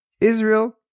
Israel